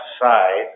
side